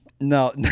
No